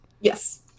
Yes